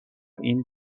این